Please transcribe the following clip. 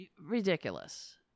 Ridiculous